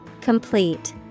Complete